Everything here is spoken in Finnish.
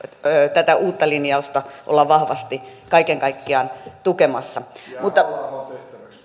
tätä uutta linjausta olla vahvasti kaiken kaikkiaan tukemassa